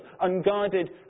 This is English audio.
unguarded